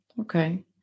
Okay